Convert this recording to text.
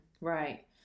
Right